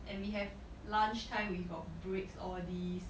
and we have lunch time we got breaks all these